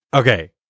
Okay